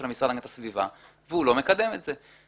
המשרד להגנת הסביבה והוא לא מקדם את זה.